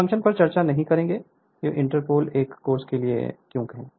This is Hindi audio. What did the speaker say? फ़ंक्शन पर चर्चा नहीं करेंगे कि इंटरपोल इस कोर्स के लिए क्यों है